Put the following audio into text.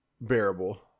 bearable